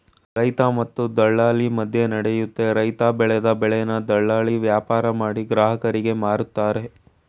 ರೈತ ಮತ್ತೆ ದಲ್ಲಾಳಿ ಮದ್ಯನಡಿಯುತ್ತೆ ರೈತ ಬೆಲ್ದ್ ಬೆಳೆನ ದಲ್ಲಾಳಿ ವ್ಯಾಪಾರಮಾಡಿ ಗ್ರಾಹಕರಿಗೆ ಮಾರ್ತರೆ